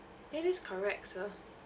that is correct sir